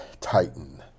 Titan